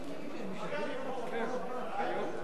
בעד